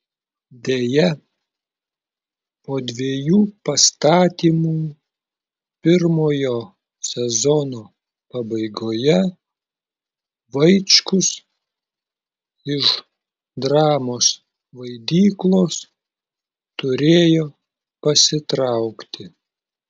deja po dviejų pastatymų pirmojo sezono pabaigoje vaičkus iš dramos vaidyklos turėjo pasitraukti